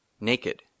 naked